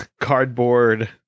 cardboard